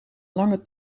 lange